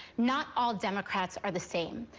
not all democrats are the same.